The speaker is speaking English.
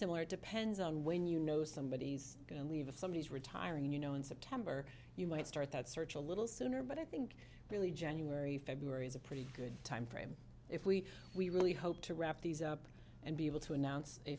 similar it depends on when you know somebodies going to leave if somebody is retiring you know in september you might start that search a little sooner but i think really january february is a pretty good time frame if we we really hope to wrap these up and be able to announce a